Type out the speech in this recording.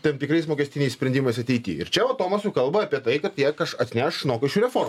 tam tikrais mokestiniais sprendimais ateity ir čia va tomas jau kalba apie tai kad jie kaž atneš mokesčių reformą